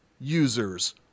users